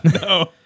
No